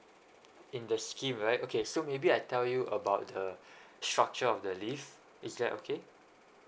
in the scheme right okay so maybe I tell you about the structure of the leave is that okay